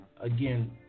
again